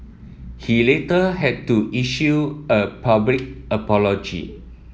he later had to issue a public apology